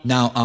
Now